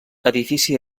edifici